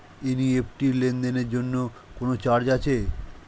NEFT লেনদেনের জন্য কোন চার্জ আছে?